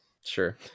sure